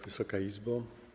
Wysoka Izbo!